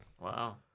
Wow